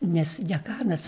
nes dekanas